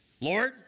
Lord